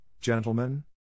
gentlemen